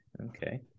Okay